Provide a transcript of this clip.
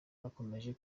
bakomeje